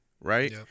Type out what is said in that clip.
right